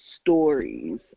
stories